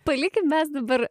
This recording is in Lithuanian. palikim mes dabar